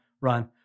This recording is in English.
run